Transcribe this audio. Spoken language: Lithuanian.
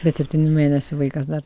bet septynių mėnesių vaikas dar